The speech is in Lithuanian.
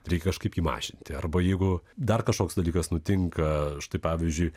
reik kažkaip jį mažinti arba jeigu dar kažkoks dalykas nutinka štai pavyzdžiui